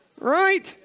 Right